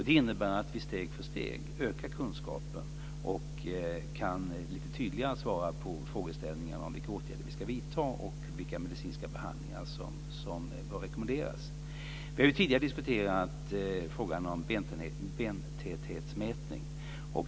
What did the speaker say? Det innebär att vi steg för steg ökar kunskapen och lite tydligare kan svara på frågeställningar om vilka åtgärder vi ska vidta och vilka medicinska behandlingar som bör rekommenderas. Vi har tidigare diskuterat frågan om bentäthetsmätning.